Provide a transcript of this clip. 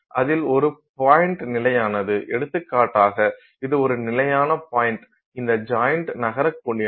அதில் ஒரு பாய்ண்ட் நிலையானது எடுத்துக்காட்டாக இது ஒரு நிலையான பாய்ண்ட் இந்த ஜாய்ண்ட் நகரக்கூடியது